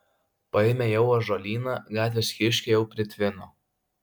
paėmė jau ąžuolyną gatvės kiškių jau pritvino